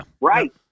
Right